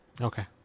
Okay